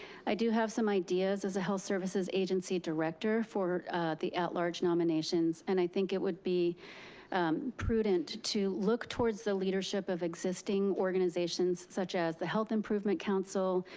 i do have some ideas as a health services agency director for the at large nominations, and i think it would be prudent to look towards the leadership of existing organizations such as the health improvement council,